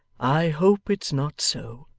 i hope it's not so.